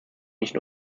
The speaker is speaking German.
nicht